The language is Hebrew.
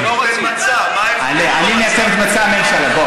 לליכוד אין מצע, אני מייצג את מצע הממשלה.